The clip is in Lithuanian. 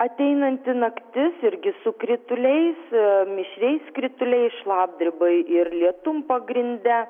ateinanti naktis irgi su krituliais mišriais krituliais šlapdriba ir lietum pagrinde